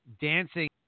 dancing